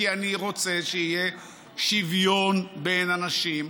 כי אני רוצה שיהיה שוויון בין אנשים.